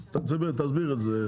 תסביר את זה.